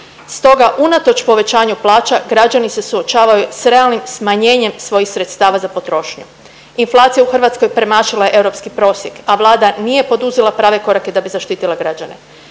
Stoga unatoč povećanju plaća građani se suočavaju s realnim smanjenjem svojih sredstava za potrošnju. Inflacija u Hrvatskoj premašila je europski prosjek, a Vlada nije poduzela prave korake da bi zaštitila građane.